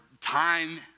time